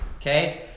Okay